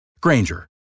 Granger